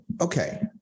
okay